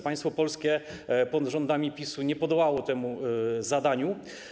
Państwo polskie pod rządami PiS-u nie podołało temu zadaniu.